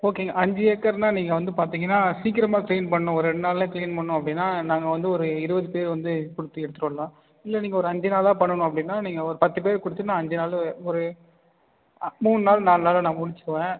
ஓகேங்க அஞ்சு ஏக்கர்னா நீங்கள் வந்து பார்த்திங்கனா சீக்கிரமாக க்ளீன் பண்ணும் ஒரு ரெண் நாள்ல க்ளீன் பண்ணும் அப்படினா நாங்கள் வந்து ஒரு இருபது பேர் வந்து கொடுத்து எடுத்துரு வரலாம் இல்லை நீங்கள் ஒரு அஞ்சு நாளாக பண்ணனும் அப்படினா நீங்கள் ஒரு பத்து பேர் கொடுத்து நான் அஞ்சு நாள் ஒரு அ மூண் நாள் நால் நாளில் நான் முடிச்சுக்குவேன்